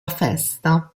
festa